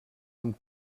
amb